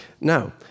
Now